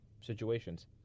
situations